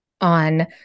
on